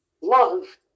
love